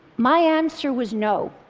my answer was no,